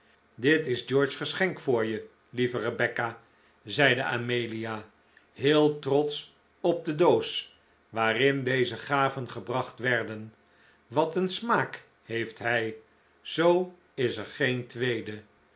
dit is george's geschenk voor je lieve rebecca zeide amelia heel trotsch op de doos waarin deze gaven gebracht werden wat een smaak heeft hij zoo is er geen tweede